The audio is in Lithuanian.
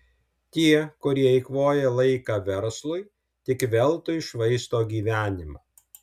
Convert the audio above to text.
tie kurie eikvoja laiką verslui tik veltui švaisto gyvenimą